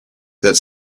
that